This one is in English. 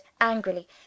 angrily